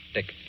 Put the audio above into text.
Dick